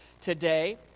today